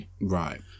Right